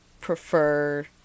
prefer